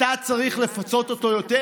אתה צריך לפצות אותו יותר,